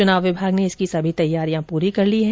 चुनाव विभाग ने इसकी सभी तैयारियां पूरी कर ली हैं